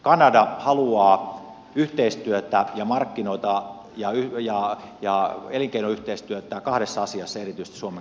kanada haluaa yhteistyötä ja markkinoita ja elinkeinoyhteistyötä suomen kanssa kahdessa asiassa erityisesti